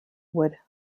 would